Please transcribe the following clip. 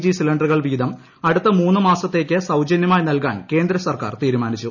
G സിലിണ്ടറുകൾ വീതം അടുത്ത മൂന്നു മാസത്തേക്ക് സൌജന്യമായി നൽകാൻ കേന്ദ്രസർക്കാർ തീരുമാനിച്ചു